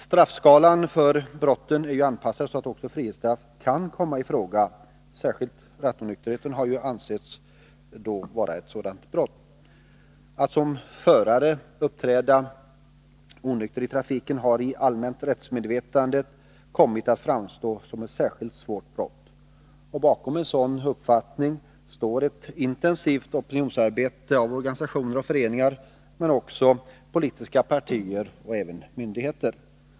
Straffskalan för brotten är ju anpassade så att också frihetsstraff kan komma i fråga, och särskilt rattonykterhet har ansetts vara ett brott där detta kan bli aktuellt. Att som förare i trafiken uppträda onykter har i det allmänna medvetandet kommit att framstå som ett särskilt svårt brott. Bakom en sådan uppfattning står ett intensivt opinionsarbete av organisationer och föreningar men också av politiska partier och myndigheter.